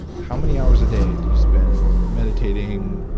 how many hours a day do you spend meditating,